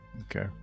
Okay